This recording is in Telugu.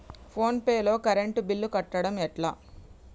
ఫోన్ పే లో కరెంట్ బిల్ కట్టడం ఎట్లా?